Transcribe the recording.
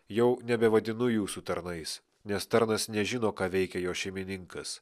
jau nebevadinu jūsų tarnais nes tarnas nežino ką veikia jo šeimininkas